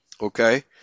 Okay